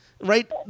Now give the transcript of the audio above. right